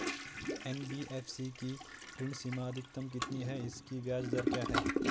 NBFC की ऋण सीमा अधिकतम कितनी है इसकी ब्याज दर क्या है?